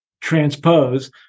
transpose